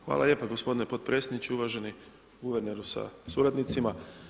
Hvala lijepa gospodine potpredsjedniče, uvaženi guverneru sa suradnicima.